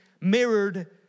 mirrored